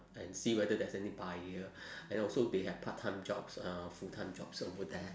and see whether there's any buyer and also they have part time jobs uh full time jobs over there